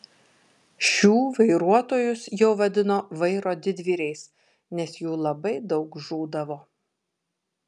šių vairuotojus jau vadino vairo didvyriais nes jų labai daug žūdavo